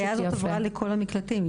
ההנחיה הזאת עברה לכל המקלטים.